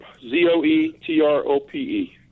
Z-O-E-T-R-O-P-E